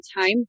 time